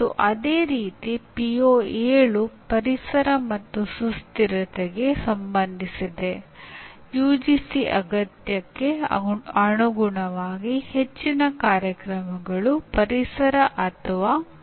ಆದ್ದರಿಂದ ಏನಾಗುತ್ತದೆ ಎಂದರೆ ವಿದ್ಯಾರ್ಥಿಯು ತಾನಾಗಿಯೇ ತಿಳಿದುಕೊಳ್ಳಬೇಕು ಅಥವಾ ಶಿಕ್ಷಕರು ಯಾವ ರೀತಿಯ ಅಂದಾಜುವಿಕೆ ಸಾಧನಗಳಿವೆ ಎಂದು ಹೇಳಬೇಕು